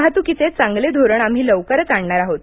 वाहतुकीचे चांगले धोरण आम्ही लवकरच आणणार आहोत